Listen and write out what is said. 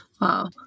Wow